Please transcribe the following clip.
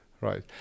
Right